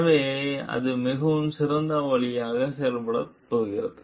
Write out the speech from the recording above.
எனவே அது மிகவும் சிறந்த வழியில் செயல்படப் போகிறது